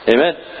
Amen